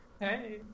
Hey